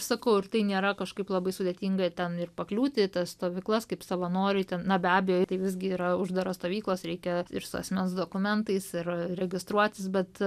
sakau ir tai nėra kažkaip labai sudėtinga ten ir pakliūti į tas stovyklas kaip savanoriui ten na be abejo tai visgi yra uždaros stovyklos reikia ir su asmens dokumentais ir registruotis bet